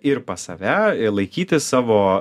ir pas save laikyti savo